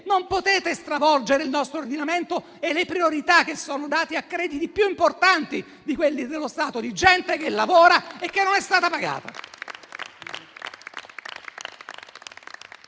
non potete stravolgere il nostro ordinamento e le priorità che sono date a crediti più importanti di quelli dello Stato, di gente che lavora e non è stata pagata.